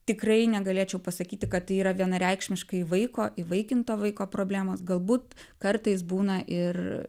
tikrai negalėčiau pasakyti kad tai yra vienareikšmiškai vaiko įvaikinto vaiko problemos galbūt kartais būna ir